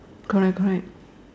correct correct